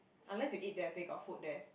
unless you eat there they got food there